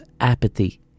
apathy